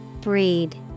Breed